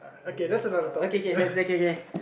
I'm like uh okay okay likes okay okay